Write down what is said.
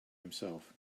himself